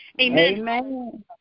Amen